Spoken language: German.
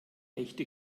echte